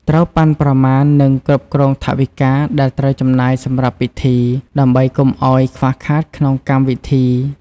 ត្រូវប៉ាន់ប្រមាណ និងគ្រប់គ្រងថវិកាដែលត្រូវចំណាយសម្រាប់ពិធី ដើម្បីកុំអោយខ្វះខាតក្នុងកម្មវិធី។